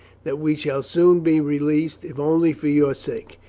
that we shall soon be released, if only for your sake.